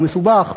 הוא מסובך,